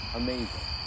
amazing